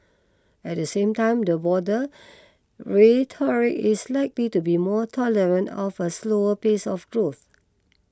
at the same time the broader rhetoric is likely to be more tolerant of a slower pace of growth